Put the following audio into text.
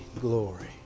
glory